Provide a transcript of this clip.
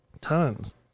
Tons